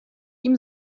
ihm